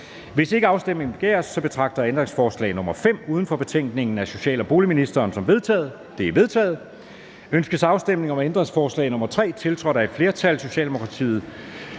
Hvis ikke afstemning begæres, betragter jeg ændringsforslag nr. 5 uden for betænkningen af social- og boligministeren som vedtaget. Det er vedtaget. Ønskes afstemning om ændringsforslag nr. 3, tiltrådt af et flertal i udvalget